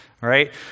right